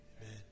Amen